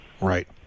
Right